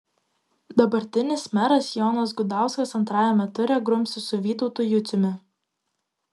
dabartinis meras jonas gudauskas antrajame ture grumsis su vytautu juciumi